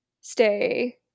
stay